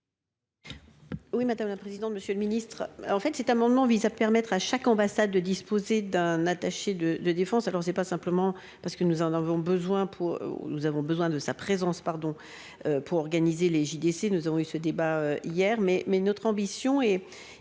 Oui madame la présidente. Monsieur le Ministre, en fait, cet amendement vise à permettre à chaque ambassade de disposer d'un attaché de de défense alors c'est pas simplement parce que nous en avons besoin pour nous avons besoin de sa présence pardon. Pour organiser les JDC. Nous avons eu ce débat hier mais. Mais notre ambition et